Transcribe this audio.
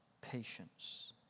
patience